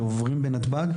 שעוברים בנתב"ג,